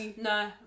No